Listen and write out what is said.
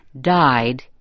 died